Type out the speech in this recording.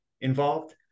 involved